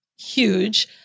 huge